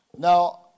Now